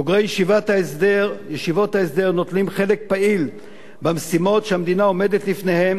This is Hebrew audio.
בוגרי ישיבות ההסדר נוטלים חלק פעיל במשימות שהמדינה עומדת לפניהן